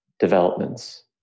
developments